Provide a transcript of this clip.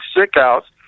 sick-outs